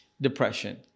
depression